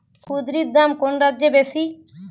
কুঁদরীর দাম কোন রাজ্যে বেশি?